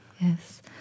Yes